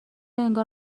انگار